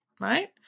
Right